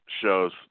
shows